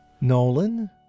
Nolan